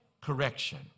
Correction